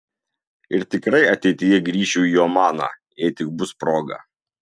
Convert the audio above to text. ir tikrai ateityje grįšiu į omaną jei tik bus proga